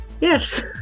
yes